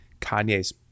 Kanye's